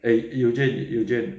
eh eugene eugene